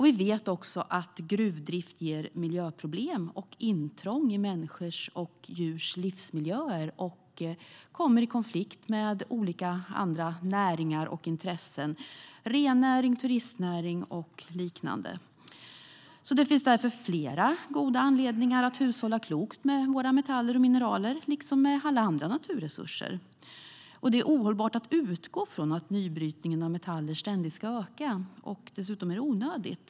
Vi vet också att gruvdrift ger miljöproblem, gör intrång i människors och djurs livsmiljöer och kommer i konflikt med olika andra näringar och intressen som rennäring, turistnäring och liknande. Det finns därför flera goda anledningar att hushålla klokt med våra metaller och mineraler liksom med alla andra naturresurser. Det är ohållbart att utgå från att nybrytningen av metaller ständigt ska öka. Dessutom är det onödigt.